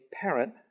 parent